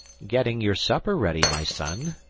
getting your supper ready, my son,